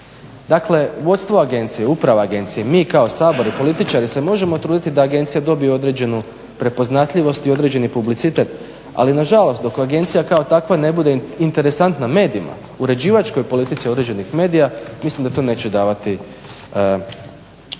Dakle, vodstvo agencije, uprava agencije, mi kao Sabor i političari se možemo truditi da agencija dobije određenu prepoznatljivost i određeni publicitet, ali nažalost dok agencija kao takva ne bude interesantna medijima, uređivačkoj politici određenih medija, mislim da to neće davati većeg